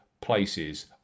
places